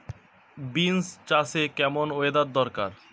Beans চাষে কেমন weather দরকার?